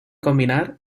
combinar